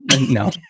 No